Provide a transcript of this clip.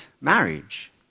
marriage